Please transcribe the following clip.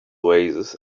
oasis